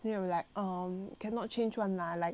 没有 like um cannot change [one] lah like